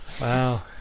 Wow